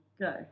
Go